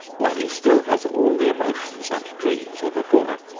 while he still has all the emotions and dreams of a boy.